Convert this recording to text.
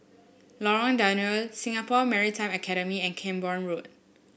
Lorong Danau Singapore Maritime Academy and Camborne Road